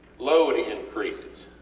load increases.